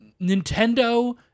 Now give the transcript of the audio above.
Nintendo